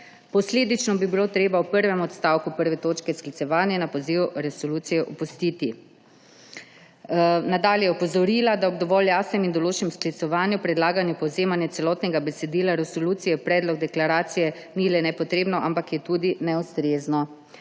Posledično bi bilo treba v prvem odstavku I. točke sklicevanje na poziv v resoluciji opustiti. Nadalje je opozorila, da ob dovolj jasnem in določnem sklicevanju predlagano povzemanje celotnega besedila resolucije v predlog deklaracije ni le nepotrebno, ampak je tudi neustrezno.